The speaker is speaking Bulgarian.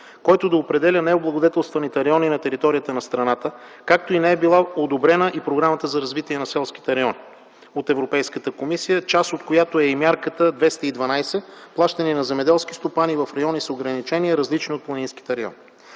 който да определя необлагодетелстваните райони на територията на страната, както и не е била одобрена Програмата за развитие на селските райони от Европейската комисия, част от която е и Мярка 212 „Плащания на земеделски стопани в райони с ограничения, различни от планинските райони”.